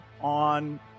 on